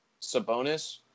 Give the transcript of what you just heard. Sabonis